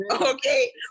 okay